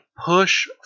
Push